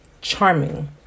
charming